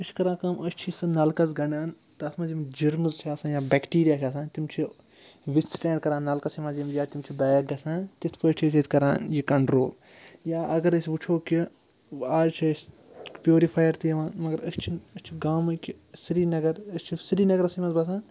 أسۍ چھِ کَران کٲم أسۍ چھِ سُہ نَلکَس گَنٛڈان تَتھ منٛز یِم جِرمٕز چھِ آسان یا بٮ۪کٹیٖریا چھِ آسان تِم چھِ وِتھ سِٹینٛڈ کَران نَلکَسٕے مَنٛز یِم یا تِم چھِ بیک گَژھان تِتھ پٲٹھۍ چھِ أسۍ ییٚتہِ کَران یہِ کَنٹرٛول یا اگر أسۍ وٕچھو کہِ آز چھِ أسۍ پیوٗرِفایَر تہِ یِوان مگر أسۍ چھِنہٕ أسۍ چھِ گامٕکۍ سرینَگَر أسۍ چھِ سرینَگرَسٕے منٛز بَسان